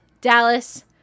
Dallas